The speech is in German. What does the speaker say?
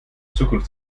zukunft